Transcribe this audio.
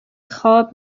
خواب